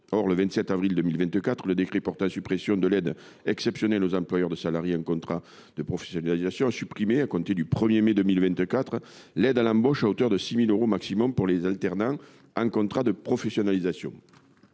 Le 27 avril 2024, le décret portant suppression de l’aide exceptionnelle aux employeurs de salariés en contrat de professionnalisation a supprimé, à compter du 1 mai 2024 l’aide à l’embauche pour les alternants en contrat de professionnalisation,